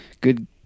good